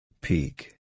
peak